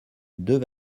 deux